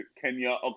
Kenya